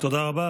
תודה רבה.